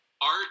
art